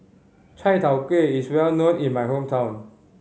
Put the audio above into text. chai tow kway is well known in my hometown